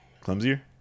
Clumsier